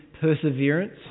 perseverance